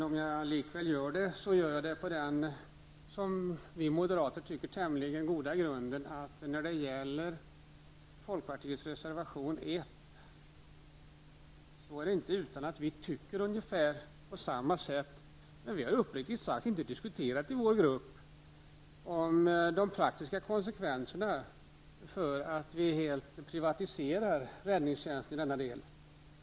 Om jag likväl gör det, så gör jag det på den, som vi moderater tycker, tämligen goda grunden att när det gäller folkpartiets reservation 1 tycker vi ungefär lika. Men vi har uppriktigt sagt i vår grupp inte diskuterat de praktiska konsekvenserna av att helt privatisera räddningstjänsten i denna del.